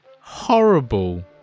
horrible